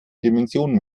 dimension